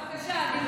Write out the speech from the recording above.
בבקשה.